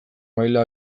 maila